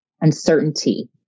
uncertainty